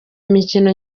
imikino